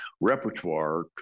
repertoire